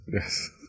Yes